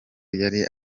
yari